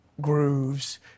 grooves